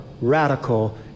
radical